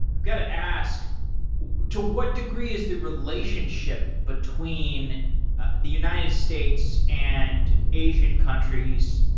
i've got to ask to what degree is the relationship between the united states and asian countries.